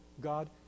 God